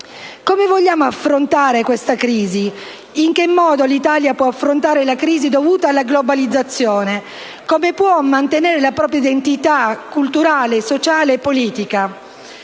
Come vogliamo affrontare questa crisi? In che modo l'Italia può affrontare la crisi dovuta alla globalizzazione? Come può mantenere la propria identità culturale, sociale e politica?